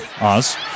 Oz